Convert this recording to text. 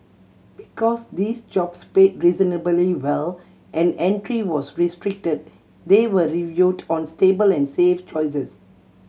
because these jobs paid reasonably well and entry was restricted they were viewed as stable and safe choices